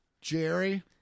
Jerry